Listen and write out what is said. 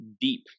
deep